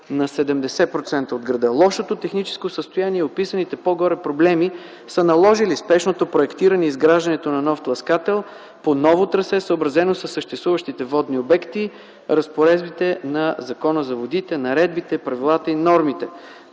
на 70% от града. Лошото техническо състояние и описаните по-горе проблеми са наложили спешното проектиране и изграждането на нов тласкател, по ново трасе, съобразено със съществуващите водни обекти, разпоредбите на Закона за водите, наредбите, правилата, и нормите.